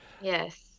Yes